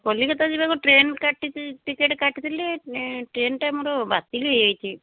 କଲିକତା ଯିବାକୁ ଟ୍ରେନ କାଟିଛି ଟିକେଟ୍ କାଟିଥିଲି ଟ୍ରେନଟା ମୋର ବାତିଲ ହେଇଯାଇଛି